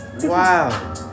wow